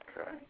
Okay